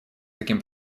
таким